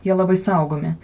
jie labai saugomi